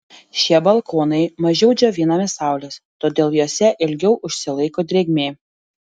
šie balkonai mažiau džiovinami saulės todėl juose ilgiau užsilaiko drėgmė